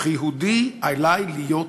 וכיהודי עלי להיות